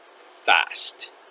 fast